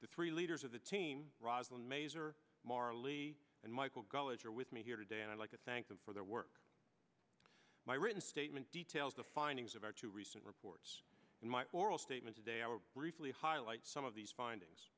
the three leaders of the team roslyn maser marley and michael gallager with me here today and i'd like to thank them for their work my written statement details the findings of our two recent reports in my oral statement today our briefly highlights some of these findings